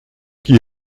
qui